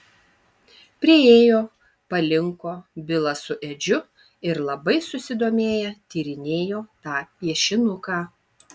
priėjo palinko bilas su edžiu ir labai susidomėję tyrinėjo tą piešinuką